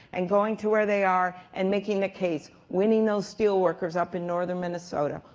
and going to where they are and making the case. winning those steel workers up in northern minnesota.